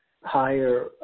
higher